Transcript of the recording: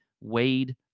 Wade